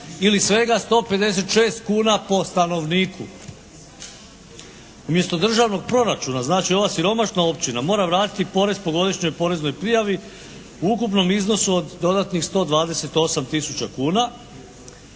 ili svega 156 kuna po stanovniku. Umjesto državnog proračuna znači ova siromašna općina mora vratiti porez po godišnjoj poreznoj prijavi u ukupnom iznosu od dodatnih 128 tisuća